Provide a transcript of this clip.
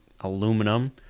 aluminum